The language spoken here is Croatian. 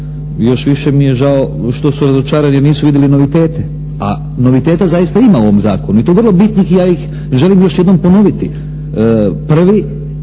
Još više mi je žao što su razočarani jer nisu vidjeli novitete. A noviteta zaista ima u ovom zakonu i to vrlo bitnih i ja ih želim još jednom ponoviti.